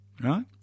right